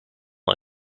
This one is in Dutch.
hij